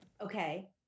Okay